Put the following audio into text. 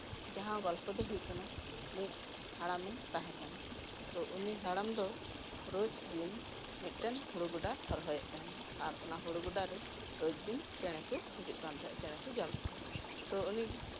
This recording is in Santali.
ᱡᱟᱸᱦᱟ ᱜᱚᱞᱯᱚ ᱫᱚ ᱦᱩᱭᱩᱜ ᱠᱟᱱᱟ ᱢᱤᱫ ᱦᱟᱲᱟᱢᱮ ᱛᱟᱸᱦᱮ ᱠᱟᱱᱟ ᱛᱳ ᱩᱱᱤ ᱦᱟᱲᱟᱢ ᱫᱚ ᱨᱳᱡᱫᱤᱱ ᱢᱤᱫᱴᱮᱱ ᱦᱳᱲᱳ ᱜᱚᱰᱟ ᱦᱚᱨᱦᱚᱭᱮᱫ ᱛᱟᱸᱦᱮᱱᱟ ᱟᱨ ᱚᱱᱟ ᱦᱩᱲᱩ ᱜᱚᱰᱟᱨᱮ ᱨᱳᱡᱫᱤᱱ ᱪᱮᱸᱬᱮ ᱠᱚ ᱦᱤᱡᱩᱜ ᱠᱟᱱ ᱛᱟᱸᱦᱮᱱᱟ ᱛᱳ ᱩᱱᱤ